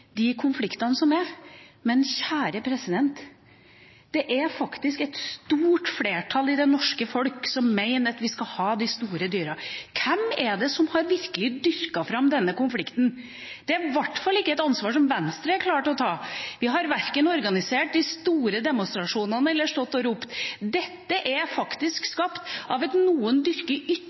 de konfliktene som er. Men, kjære president, det er faktisk et stort flertall av det norske folket som mener at vi skal ha de store rovdyrene. Hvem er det som virkelig har dyrket fram denne konflikten? Det er i hvert fall ikke et ansvar som Venstre er klare til å ta. Vi har verken organisert de store demonstrasjonene eller stått og ropt. Dette er skapt av at noen